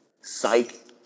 Psych